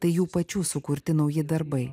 tai jų pačių sukurti nauji darbai